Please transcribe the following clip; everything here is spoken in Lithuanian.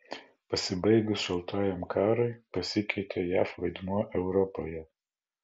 pasibaigus šaltajam karui pasikeitė jav vaidmuo europoje